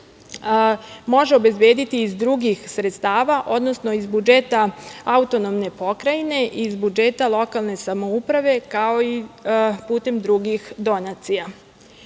može obezbediti i iz drugih sredstava, odnosno iz budžeta autonomne pokrajine i iz budžeta lokalne samouprave, kao i putem drugih